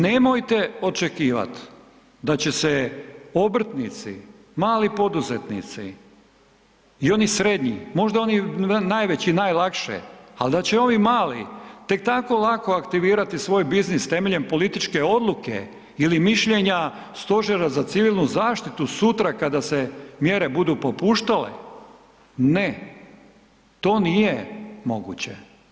Nemojte očekivat da će se obrtnici, mali poduzetnici i oni srednji, možda oni najveći i najlakše, al da će ovi mali tek tako lako aktivirati svoj biznis temeljem političke odluke ili mišljenja Stožera za civilnu zaštitu sutra kada se mjere budu popuštale, ne, to nije moguće.